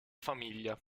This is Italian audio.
famiglia